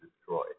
destroyed